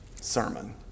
sermon